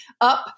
up